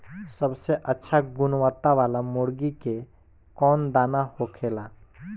सबसे अच्छा गुणवत्ता वाला मुर्गी के कौन दाना होखेला?